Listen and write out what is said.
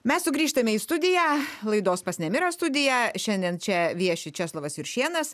mes sugrįžtame į studiją laidos pas nemirą studiją šiandien čia vieši česlovas juršėnas